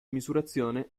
misurazione